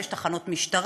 יש תחנות משטרה,